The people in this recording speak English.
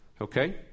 Okay